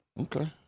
Okay